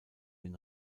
den